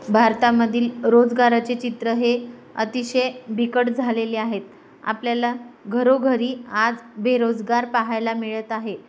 भारतामधील रोजगाराचे चित्र हे अतिशय बिकट झालेले आहेत आपल्याला घरोघरी आज बेरोजगार पाहायला मिळत आहे